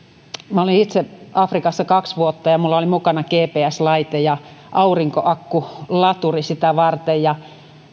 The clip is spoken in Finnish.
minä olin itse afrikassa kaksi vuotta ja minulla oli mukana gps laite ja aurinkoakkulaturi sitä varten